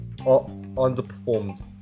underperformed